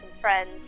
friends